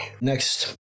next